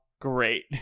great